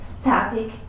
static